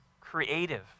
creative